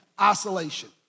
isolation